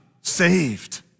saved